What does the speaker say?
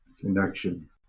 connection